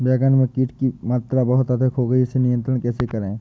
बैगन में कीट की मात्रा बहुत अधिक हो गई है इसे नियंत्रण कैसे करें?